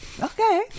Okay